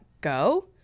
go